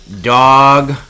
dog